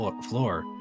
floor